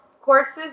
courses